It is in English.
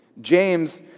James